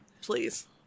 Please